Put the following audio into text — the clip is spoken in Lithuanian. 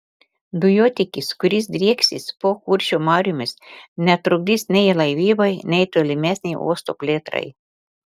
dujotiekis kuris drieksis po kuršių mariomis netrukdys nei laivybai nei tolimesnei uosto plėtrai